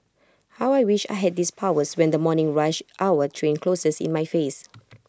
how I wish I had these powers when the morning rush hour train closes in my face